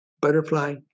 Butterfly